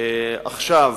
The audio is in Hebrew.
עכשיו,